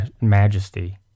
majesty